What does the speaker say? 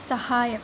സഹായം